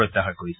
প্ৰত্যাহাৰ কৰিছে